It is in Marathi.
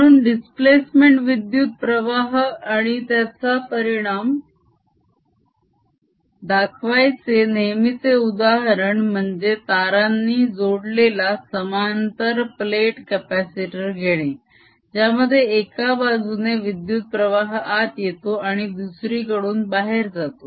म्हणून दिस्प्लेसमेंट विद्युत प्रवाह आणि त्याचा परिणाम दाखवायचे नेहमीचे उदाहरण म्हणजे तारांनी जोडलेला समांतर प्लेट कॅपासिटर घेणे ज्यामध्ये एका बाजूने विद्युत प्रवाह आत येतो आणि दुसरी कडून बाहेर जातो